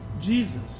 Jesus